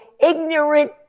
ignorant